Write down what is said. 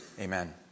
Amen